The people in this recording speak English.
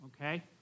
Okay